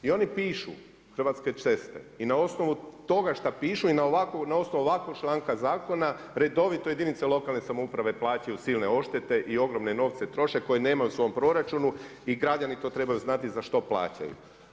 I oni pišu Hrvatske ceste i na osnovu toga šta pišu i na osnovu ovakvog članka zakona redovito jedinice lokalne samouprave plaćaju silne odštete i ogromne novce troše koje nemaju u svom proračunu i građani to trebaju znati za što plaćaju.